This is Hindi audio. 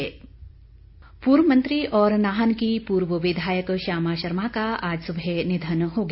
श्यामा शर्मा पूर्व मंत्री और नाहन की पूर्व विधायक श्यामा शर्मा का आज सुबह निधन हो गया